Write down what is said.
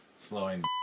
Slowing